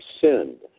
sinned